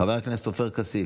חבר הכנסת עופר כסיף,